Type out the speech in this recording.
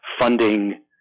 funding